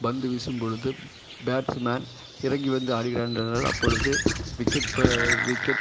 பந்து வீசும்பொழுது பேட்ஸ்மேன் இறங்கி வந்து ஆடுகிறார் என்றால் அப்பொழுது விக்கெட் ப விக்கெட்